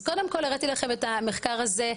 הראיתי לכם את המחקר הזה,